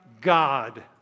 God